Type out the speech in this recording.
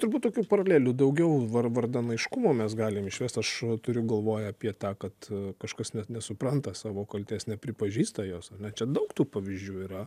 turbūt tokių paralelių daugiau vardan aiškumo mes galim išvest aš turiu galvoj apie tą kad kažkas net nesupranta savo kaltės nepripažįsta jos ar ne čia daug tų pavyzdžių yra